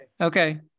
Okay